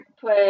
put